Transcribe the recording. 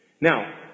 Now